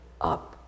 up